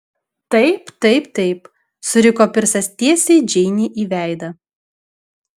taip taip taip suriko pirsas tiesiai džeinei į veidą